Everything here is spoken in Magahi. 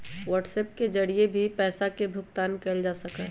व्हाट्सएप के जरिए भी पैसा के भुगतान कइल जा सका हई